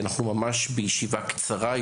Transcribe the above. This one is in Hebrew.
אנחנו ממש בישיבה קצרה,